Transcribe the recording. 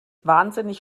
wahnsinnig